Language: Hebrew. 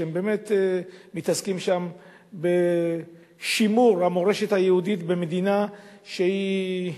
שבאמת מתעסקים שם בשימור המורשת היהודית במדינה שהיא,